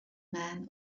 man